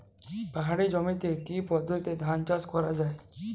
পাহাড়ী জমিতে কি পদ্ধতিতে ধান চাষ করা যায়?